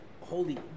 holy